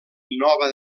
nova